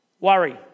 worry